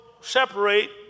separate